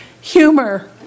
humor